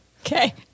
Okay